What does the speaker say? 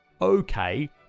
okay